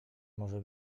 może